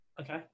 Okay